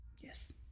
yes